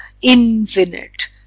infinite